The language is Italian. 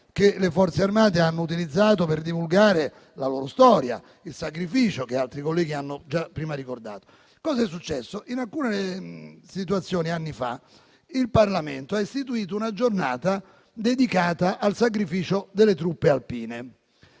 che le Forze armate hanno utilizzato per divulgare la loro storia e il sacrificio, che altri colleghi hanno prima ricordato. Dunque è successo che alcuni anni fa, il Parlamento ha istituito una giornata dedicata al sacrificio delle truppe alpine.